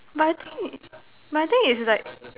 but I think it but I think is like